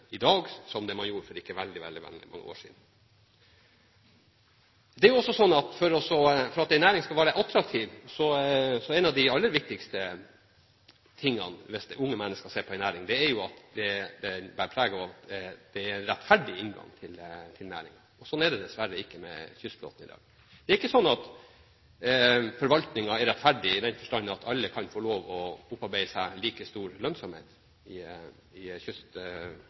i dag enn det man gjorde for ikke veldig, veldig mange år siden. Det er også sånn at en av de aller viktigste tingene unge mennesker ser på i en næring – hvis den skal være attraktiv – er at den bærer preg av at det er en rettferdig inngang til den. Sånn er det dessverre ikke i kystflåten i dag. Det er ikke sånn at forvaltningen er rettferdig, i den forstand at alle kan få lov å opparbeide seg like stor lønnsomhet i